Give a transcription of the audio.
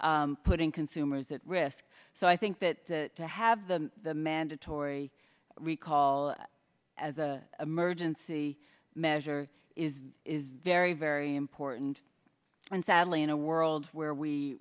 weeks putting consumers at risk so i think that to have the mandatory recall as a emergency measure is is very very important and sadly in a world where we